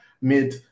mid